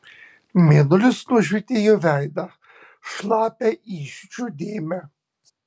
mėnulis nušvietė jo veidą šlapią įsiūčio dėmę